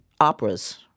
operas